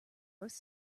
roast